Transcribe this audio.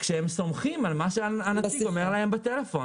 כשהם סומכים על מה שהנציג אומר להם בטלפון.